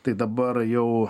tai dabar jau